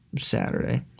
Saturday